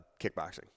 kickboxing